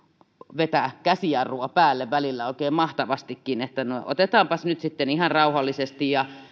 vetää käsijarrua päälle välillä oikein mahtavastikin että otetaanpas nyt sitten ihan rauhallisesti ja